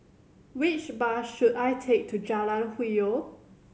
which bus should I take to Jalan Hwi Yoh